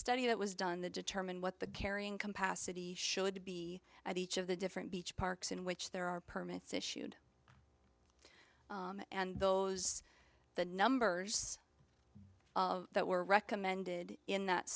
study that was done the determine what the carrying capacity should be at each of the different beach parks in which there are permits issued and those the numbers that were recommended in that